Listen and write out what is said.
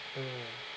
mm